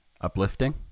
Uplifting